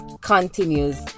continues